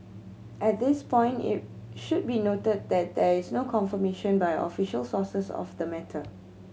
at this point it should be noted that there is no confirmation by official sources of the matter